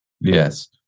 Yes